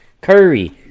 Curry